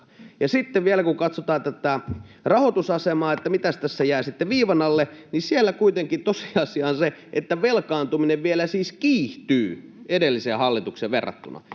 Ja sitten kun vielä katsotaan tätä rahoitusasemaa, että mitäs tässä jää sitten viivan alle, niin siellä kuitenkin tosiasia on se, että velkaantuminen vielä siis kiihtyy edelliseen hallitukseen verrattuna